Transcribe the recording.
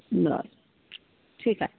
बरं ठीक आहे